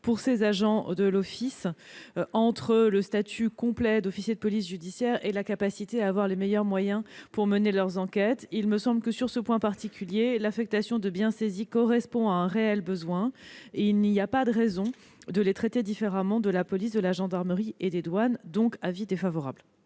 pour ces agents de l'office entre le statut d'officier de police judiciaire et la capacité à disposer des meilleurs moyens pour mener leurs enquêtes. Sur ce point particulier, l'affectation de biens saisis correspond à un réel besoin et il n'y a pas de raison de les traiter différemment des membres de la police, de la gendarmerie et des douanes. Madame